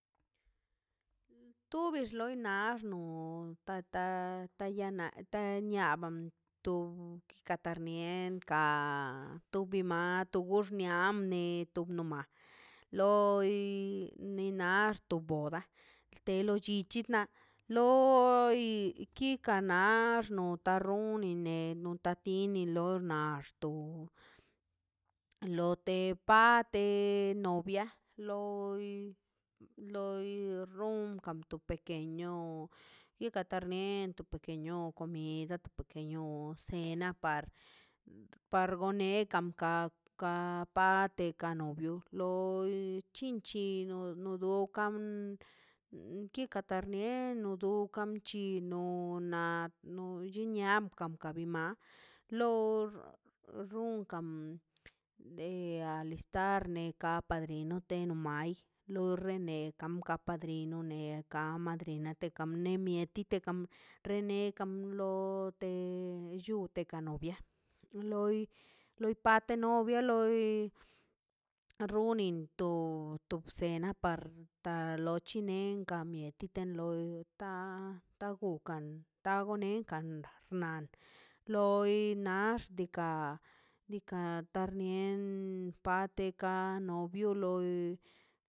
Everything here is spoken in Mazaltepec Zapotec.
To bex lo nax no tata yana ta niaban to kika tambien ka to bimato gux nia meto mania loi nina xto boda te lo llichi na loi kikan na xnota none ne notatine lor na xto lote pate te novia loi loi ronkan topeke bi tratamiento pequeño comida a to pequeño cena par gone kam kab ka pate kano bio loi chinchi no no dokan kikatarnie no top kan chino na no chi niab kabi ma lo runkan de alistarne ka padrino te no mai lo rene kam ka padrino neka madrina te ka ne mieti te kam rene kam lo te llute ka novia un loi loi te patio novio loi runin to to bsenan parts chinen ka mieti ti loi ta tagokan tagonekan xnaꞌn loi nax diikaꞌ diikaꞌ tar nien pate novio loi.